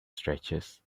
stretches